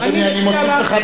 אני לא יודע פחות ממך.